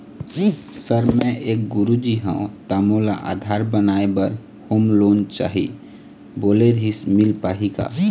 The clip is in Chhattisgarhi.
सर मे एक गुरुजी हंव ता मोला आधार बनाए बर होम लोन चाही बोले रीहिस मील पाही का?